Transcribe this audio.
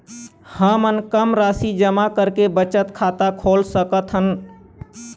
हमन कम राशि जमा करके बचत खाता खोल सकथन?